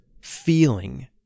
feeling